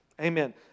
amen